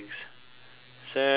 seven